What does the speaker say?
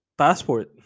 passport